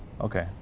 Okay